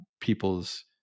people's